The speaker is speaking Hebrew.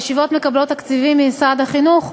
הישיבות מקבלות תקציבים ממשרד החינוך,